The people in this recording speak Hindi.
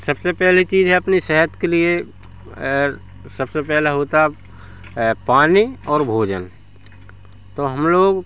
सबसे पहली ची है अपनी सेहत के लिए सबसे पहला होता है पानी और भोजन तो हम लोग